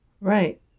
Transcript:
Right